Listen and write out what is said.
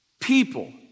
People